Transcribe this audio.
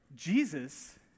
Jesus